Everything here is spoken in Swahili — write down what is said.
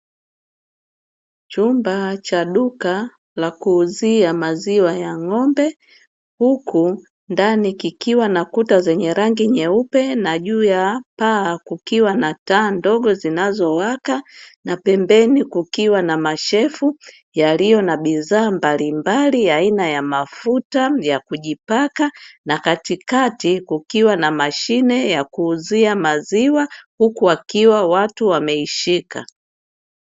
Chumba cha duka la kuuzia maziwa ya ng'ombe, huku ndani kikiwa na kuta zenye rangi nyeupe na juu ya paa kukiwa na taa ndogo zinazowaka, na pembeni kukiwa na mashelfu yaliyo na bidhaa mbalimbali ya aina ya mafuta ya kujipaka, na katikati kukiwa na mashine ya kuuzia maziwa, huku wakiwa watu wameishika.